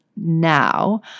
now